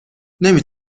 نمی